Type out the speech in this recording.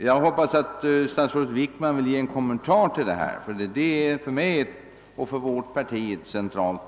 Jag hoppas att statsrådet Wickman nu vill göra en kommentar till detta problem, som för mig och mitt parti är centralt.